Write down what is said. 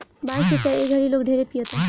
बांस के चाय ए घड़ी लोग ढेरे पियता